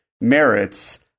merits